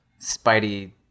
Spidey